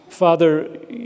Father